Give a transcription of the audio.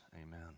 amen